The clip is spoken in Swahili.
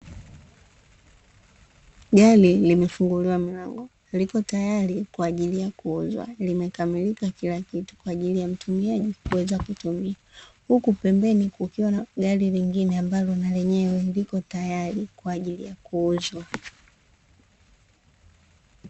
Gari limefunguliwa mlango, liko tayari kwa ajili ya kuuzwa. Limekamilika kila kitu kwa ajili ya mtumiaji kuweza kutumia, huku pembeni kukiwa na gari lingine ambalo na lenyewe lipo tayari, kwa ajili ya kuuzwa.